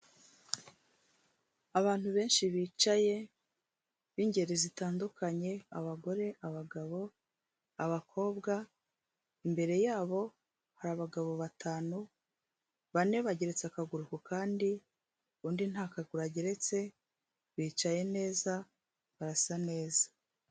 Abantu benshi bicaye b'ingeri zitandukanye, abagore, abagabo abakobwa, imbere yabo hari abagabo batanu, bane bageretse akaguru ku kandi, undi nta kaguru ageretse, bicaye neza, barasa neza.